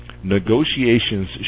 Negotiations